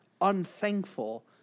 unthankful